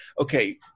okay